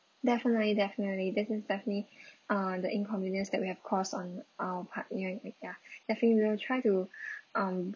definitely definitely this is definitely uh the inconvenience that we have caused on our part ya definitely we'll try to um